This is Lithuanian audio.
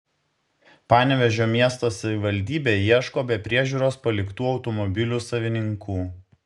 panevėžio miesto savivaldybė ieško be priežiūros paliktų automobilių savininkų